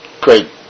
great